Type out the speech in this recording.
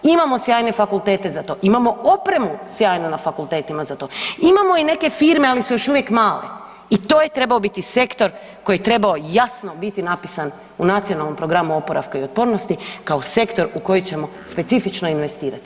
Imamo sjajne fakultete za to, imamo opremu sjajnu na fakultetima za to, imamo i neke firme, ali su još uvijek male, i to je trebao biti sektor koji je trebao jasno biti napisan u Nacionalnom programu oporavka i otpornosti kao sektor u koji ćemo specifično investirati.